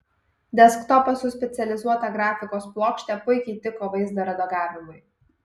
desktopas su specializuota grafikos plokšte puikiai tiko vaizdo redagavimui